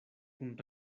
kun